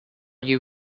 you